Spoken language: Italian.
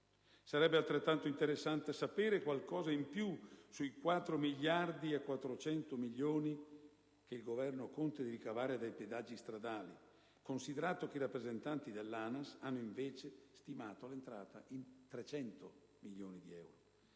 Sarebbe altrettanto interessante sapere qualcosa in più sui 4,4 miliardi che il Governo conta di ricavare dai pedaggi stradali, considerato che i rappresentanti dell'ANAS hanno invece stimato l'entrata in 300 milioni di euro.